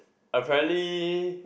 apparently